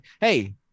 Hey